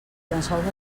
llençols